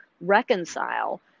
reconcile